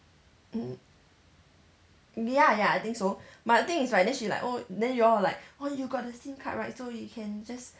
ya ya I think so but the thing is right then she like oh then you all like oh you got the SIM card right so you can just